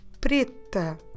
preta